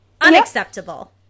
Unacceptable